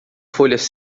folhas